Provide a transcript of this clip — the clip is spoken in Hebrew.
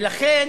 לכן